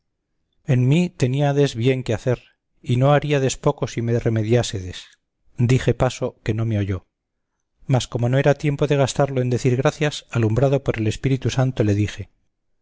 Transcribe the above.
en mí teníades bien que hacer y no haríades poco si me remediásedes dije paso que no me oyó mas como no era tiempo de gastarlo en decir gracias alumbrado por el spíritu santo le dije